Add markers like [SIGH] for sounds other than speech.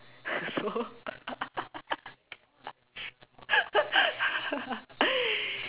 so [LAUGHS]